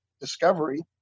discovery